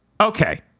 Okay